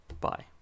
Bye